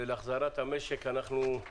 כולנו חפצים בהחזרת המשק לקדמותו.